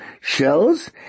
shells